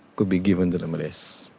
could be given to the malays.